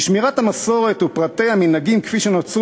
לשמירת המסורת ופרטי המנהגים כפי שנוצרו